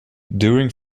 during